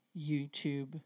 YouTube